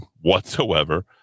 whatsoever